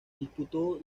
disputó